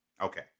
Okay